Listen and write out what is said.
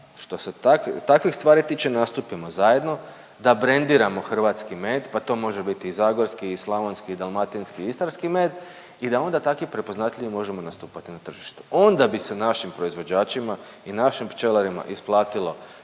takvih stvari tiče nastupimo zajedno, da brendiramo hrvatski med pa to može biti i zagorski i slavonski i dalmatinski i istarski med i da ona takvi prepoznatljivi možemo nastupati na tržištu. Onda bi se našim proizvođačima i našim pčelarima isplatilo